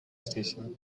station